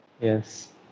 Yes